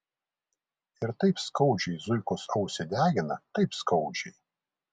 ir taip skaudžiai zuikos ausį degina taip skaudžiai